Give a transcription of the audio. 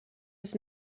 was